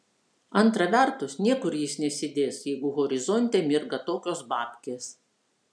antra vertus niekur jis nesidės jeigu horizonte mirga tokios babkės